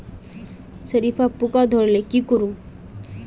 सरिसा पूका धोर ले की करूम?